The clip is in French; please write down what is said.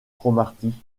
cromarty